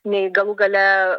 nei galų gale